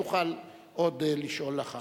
ותוכל עוד לשאול אחר כך.